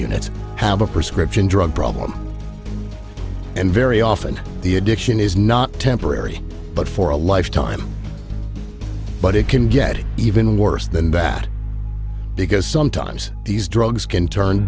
units have a prescription drug problem and very often the addiction is not temporary but for a lifetime but it can get even worse than that because sometimes these drugs can turn